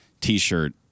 T-shirt